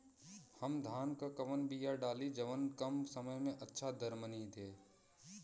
हम धान क कवन बिया डाली जवन कम समय में अच्छा दरमनी दे?